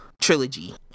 trilogy